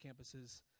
campuses